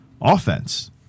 offense